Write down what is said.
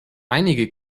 einige